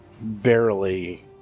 barely